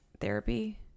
therapy